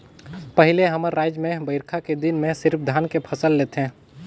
पहिले हमर रायज में बईरखा के दिन में सिरिफ धान के फसल लेथे